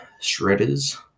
shredders